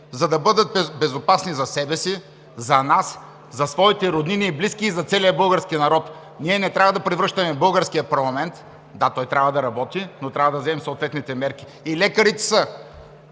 за да бъдат безопасни за себе си, за нас, за своите роднини и близки и за целия български народ. Ние не трябва да превръщаме българския парламент – да, той трябва да работи, но трябва да вземем съответните мерки. И лекарите са